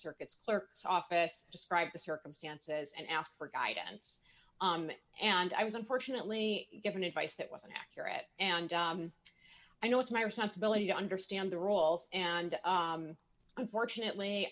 circuits clerk's office describe the circumstances and ask for guidance and i was unfortunately given advice that wasn't accurate and i know it's my responsibility to understand the rules and unfortunately